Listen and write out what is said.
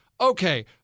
okay